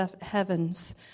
heavens